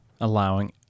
allowing